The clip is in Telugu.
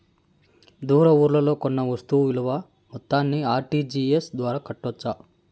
దూర ఊర్లలో కొన్న వస్తు విలువ మొత్తాన్ని ఆర్.టి.జి.ఎస్ ద్వారా కట్టొచ్చా?